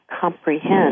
comprehend